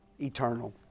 eternal